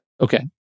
Okay